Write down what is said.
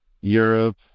Europe